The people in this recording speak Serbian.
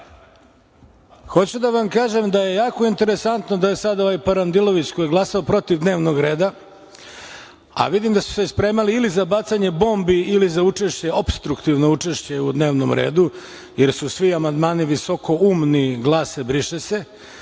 107.Hoću da vam kažem da je jako interesantno da je sad ovaj Parandilović, koji je glasao protiv dnevnog reda, a vidim da su se spremali ili za bacanje bombi ili za opstruktivno učešće u dnevnom redu, jer su svi amandmani visokoumni i glase: „briše se“